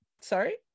Sorry